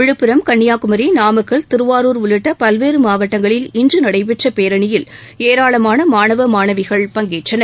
விழுப்புரம் கன்னியாகுமரி நாமக்கல் திருவாரூர் உள்ளிட்ட பல்வேறு மாவட்டங்களில் இன்று நடைபெற்ற பேரணியில் ஏராளமான மாணவ மாணவிகள் பங்கேற்றனர்